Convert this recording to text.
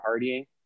partying